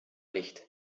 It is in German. nicht